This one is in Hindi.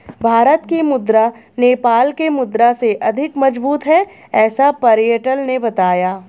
भारत की मुद्रा नेपाल के मुद्रा से अधिक मजबूत है ऐसा पर्यटक ने बताया